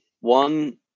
One